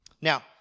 Now